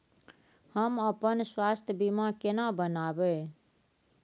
हम अपन स्वास्थ बीमा केना बनाबै?